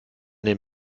den